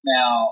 Now